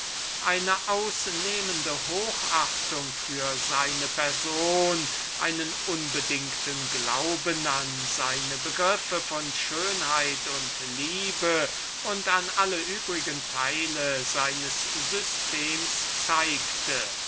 eine so ausnehmende hochachtung für seine person einen so unbedingten glauben an seine begriffe von schönheit und liebe und alle übrige teile seines systems zeigte